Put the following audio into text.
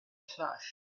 flash